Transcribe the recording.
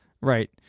Right